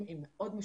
עם אחיות,